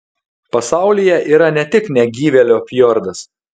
pasaulyje yra ne tik negyvėlio fjordas